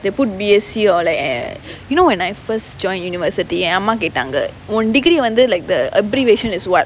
they'll put B_S_C or like eh you know when I first join university என் அம்மா கேட்டாங்க உன்:en amma kettaanga un degree வந்து:vanthu like the abbreviation is what